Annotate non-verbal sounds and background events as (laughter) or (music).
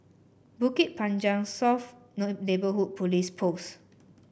Bukit Panjang South (unintelligible) Neighbourhood Police Post